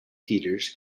theaters